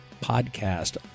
podcast